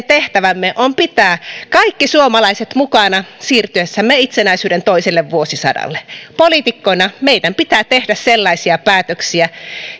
tehtävämme on pitää kaikki suomalaiset mukana siirtyessämme itsenäisyyden toiselle vuosisadalle poliitikkoina meidän pitää tehdä sellaisia päätöksiä